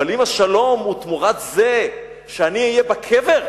אבל אם השלום הוא תמורת זה שאני אהיה בקבר,